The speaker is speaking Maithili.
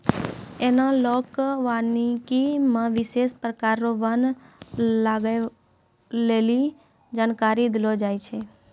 एनालाँक वानिकी मे विशेष प्रकार रो वन लगबै लेली जानकारी देलो जाय छै